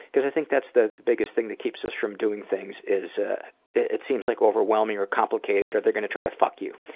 because i think that's the biggest thing that keeps us from doing things is ah it seems like overwhelming or complicated, or they're gonna try to fuck you.